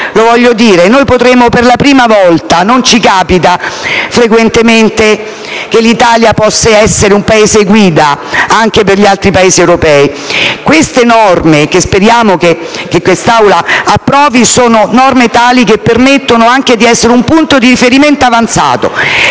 Lo voglio dire: potrebbe essere la prima volta (e non capita frequentemente) che l'Italia possa essere un Paese guida, anche per gli altri Paesi europei. Infatti, le norme, che speriamo quest'Aula approvi, sono norme tali da permettere di essere un punto di riferimento avanzato: